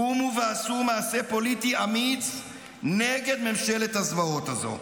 קומו ועשו מעשה פוליטי אמיץ נגד ממשלת הזוועות הזאת.